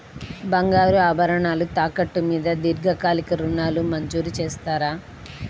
బంగారు ఆభరణాలు తాకట్టు మీద దీర్ఘకాలిక ఋణాలు మంజూరు చేస్తారా?